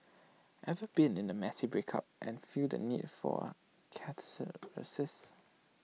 ever been in A messy breakup and feel the need for catharsis